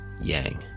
Yang